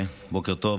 בוקר טוב,